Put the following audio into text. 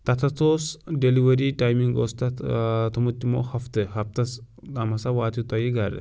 تَتھ ہسا اوس ڈیلوری ٹایمِنگ اوس تَتھ تھومُت تِمَو ہفتہٕ ہفتَس تام ہسا واتہِ تۄہہِ یہِ گرٕ